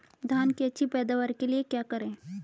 धान की अच्छी पैदावार के लिए क्या करें?